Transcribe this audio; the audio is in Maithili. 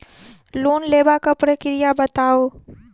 लोन लेबाक प्रक्रिया बताऊ?